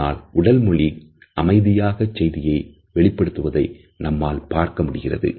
ஆனால் உடல் மொழி அமைதியாக செய்திகளை வெளிப்படுத்துவதை நம்மால் பார்க்க முடிகிறது